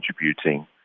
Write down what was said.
contributing